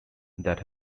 that